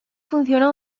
funciona